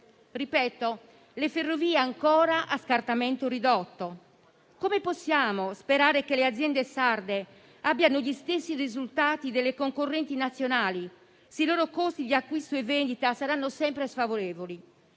Ripeto che le ferrovie sono ancora a scartamento ridotto. Come possiamo sperare che le aziende sarde abbiano gli stessi risultati delle concorrenti nazionali, se i loro costi di acquisto e vendita saranno sempre sfavorevoli?